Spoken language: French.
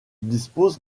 dispose